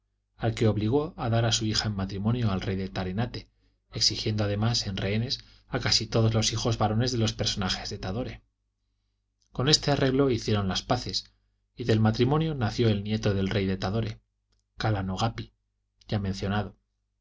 al que obligó a dar su hija en matrimonio al rey de tarenate exigiendo además en rehenes a casi todos los hijos varones de los personajes de tadore con este arreglo hicieron las paces y del matrimonio nació el nieto del rey de tadore calanogapi ya mencionado